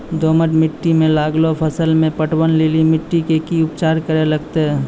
दोमट मिट्टी मे लागलो फसल मे पटवन लेली मिट्टी के की उपचार करे लगते?